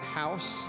house